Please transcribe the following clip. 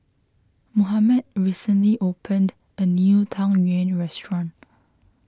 Mohamed recently opened a new Tang Yuen restaurant